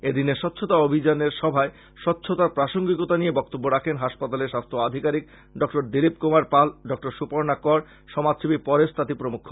এদিনের স্বচ্ছতা অভিযানের সভায় স্বচ্ছতার প্রাসঙ্গিকতা নিয়ে বক্তব্য রাখেন হাসপাতালের স্বাস্থ আধিকারিক ডক্টর দিলীপ কুমার পাল ডক্টর সুর্পনা কর সমাজ সেবী পরেশ তাঁতি প্রমুখ